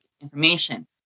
information